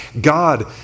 God